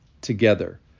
together